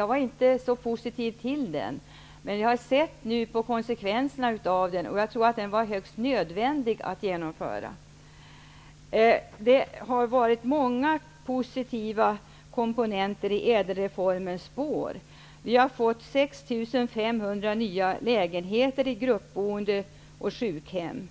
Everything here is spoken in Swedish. Jag har nu sett konsekvenserna, och jag tror att den var högst nödvändig. Det har följt många positiva komponenter i ÄDEL reformens spår. Vi har 6 500 nya lägeheter i gruppboende och sjukhem.